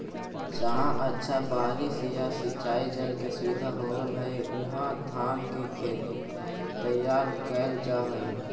जहाँ अच्छा बारिश या सिंचाई जल के सुविधा होवऽ हइ, उहाँ धान के खेत तैयार कैल जा हइ